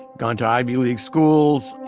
gone to ivy league schools.